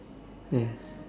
yes